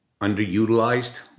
underutilized